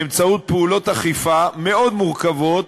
באמצעות פעולות אכיפה מאוד מורכבות,